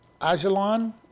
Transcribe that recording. Ajalon